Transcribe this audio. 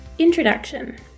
Introduction